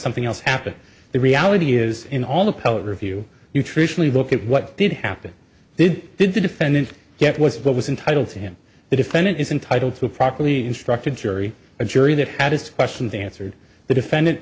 something else happen the reality is in all appellate review nutritionally look at what did happen did did the defendant get was what was entitle to him the defendant is entitled to properly instructed jury a jury that had its questions answered the defendant